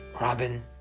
Robin